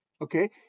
okay